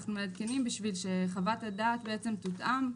אנחנו מעדכנים בשביל שחוות הדעת בעצם תותאם.